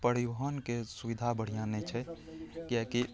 परिवहनके सुविधा बढ़िआँ नहि छै किएकि